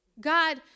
God